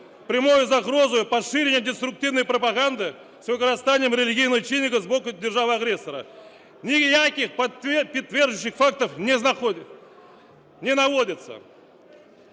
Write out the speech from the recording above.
прямою загрозою поширення деструктивної пропаганди з використанням релігійного чинника з боку держави-агресора. Ніяких підтверджуючих фактів не наводиться.